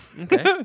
Okay